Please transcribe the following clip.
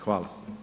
Hvala.